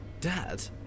Dad